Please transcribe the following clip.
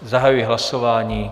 Zahajuji hlasování.